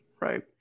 Right